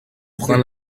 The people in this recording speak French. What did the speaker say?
prend